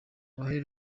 uruhare